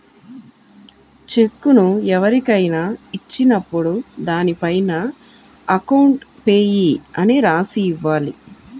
చెక్కును ఎవరికైనా ఇచ్చినప్పుడు దానిపైన అకౌంట్ పేయీ అని రాసి ఇవ్వాలి